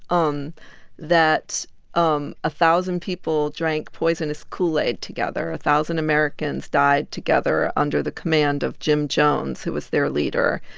um that um a thousand people drank poisonous kool-aid together. a thousand americans died together under the command of jim jones, who was their leader.